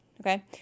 okay